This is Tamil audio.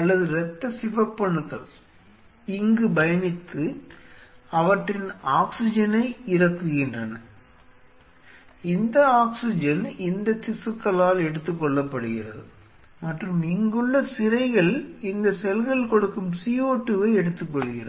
அல்லது இரத்த சிவப்பணுக்கள் இங்கு பயணித்து அவற்றின் ஆக்ஸிஜனை இறக்குகின்றன இந்த ஆக்ஸிஜன் இந்த திசுக்களால் எடுத்துக்கொள்ளப்படுகிறது மற்றும் இங்குள்ள சிரைகள் இந்த செல்கள் கொடுக்கும் CO2 ஐ எடுத்துக்கொள்கிறது